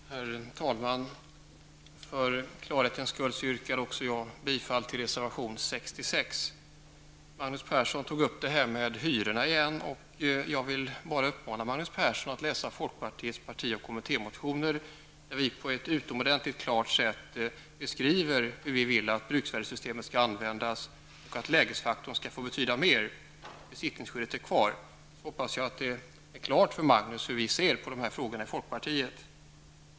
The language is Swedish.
Herr talman! För klarhetens skull yrkar jag också bifall till reservation 66. Magnus Persson tog upp detta med hyrorna igen. Jag vill bara uppmana Magnus Persson att läsa folkpartiets parti och kommittémotioner där beskriver vi på ett utomordentligt klart sätt hur vi vill att bruksvärdesystemet skall användas och att lägesfaktorn skall få betyda mer, besittningsskyddet är kvar. Nu hoppas jag att det är klart för Magnus Persson hur vi i folkpartiet ser på de här frågorna.